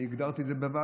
אני הגדרתי את זה בוועדה,